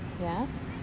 yes